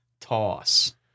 toss